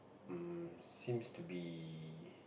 um seems to be